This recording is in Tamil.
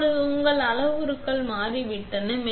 இப்போது உங்கள் அளவுருக்கள் மாறிவிட்டன